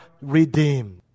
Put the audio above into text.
redeemed